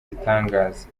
bitangaza